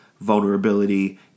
vulnerability